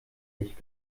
licht